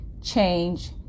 change